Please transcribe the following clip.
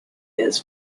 has